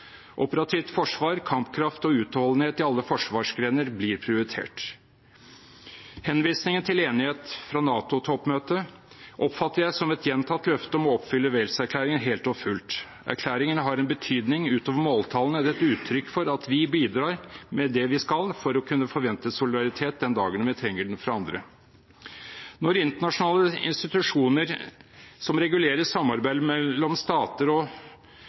Operativt forsvar, kampkraft og utholdenhet i alle forsvarsgrener blir prioritert. Henvisningen til enighet fra NATO-toppmøtet oppfatter jeg som et gjentatt løfte om å oppfylle Wales-erklæringen helt og fullt. Erklæringen har en betydning utover måltallene og er et uttrykk for at vi bidrar med det vi skal for å kunne forvente solidaritet den dagen vi trenger den fra andre. Når internasjonale institusjoner som regulerer samarbeid mellom stater og